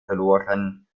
verloren